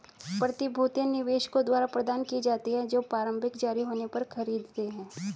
प्रतिभूतियां निवेशकों द्वारा प्रदान की जाती हैं जो प्रारंभिक जारी होने पर खरीदते हैं